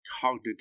cognitive